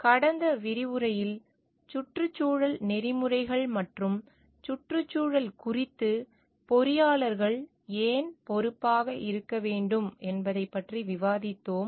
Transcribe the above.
கடந்த விரிவுரையில் சுற்றுச்சூழல் நெறிமுறைகள் மற்றும் சுற்றுச்சூழல் குறித்து பொறியாளர்கள் ஏன் பொறுப்பாக இருக்க வேண்டும் என்பதைப் பற்றி விவாதித்தோம்